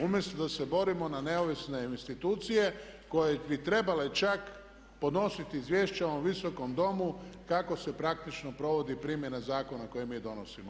Umjesto da se borimo na neovisne institucije koje bi trebale čak podnositi izvješća ovom Visokom domu kako se praktično provodi primjena zakona koje mi donosimo.